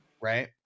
Right